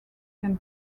can